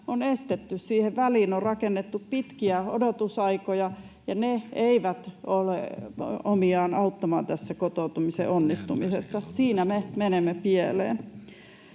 on estetty. Siihen väliin on rakennettu pitkiä odotusaikoja, ja ne eivät ole omiaan auttamaan tässä kotoutumisen onnistumisessa. Siinä me menemme pieleen.